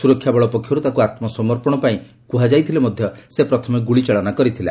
ସୁରକ୍ଷାବଳ ପକ୍ଷରୁ ତାକୁ ଆତ୍ମସମର୍ପଣ ପାଇଁ କୁହାଯାଇଥିଲେ ମଧ୍ୟ ସେ ପ୍ରଥମେ ଗୁଳି ଚାଳନା କରିଥିଲା